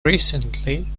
recently